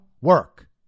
work